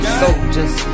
soldiers